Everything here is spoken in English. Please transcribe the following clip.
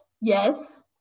Yes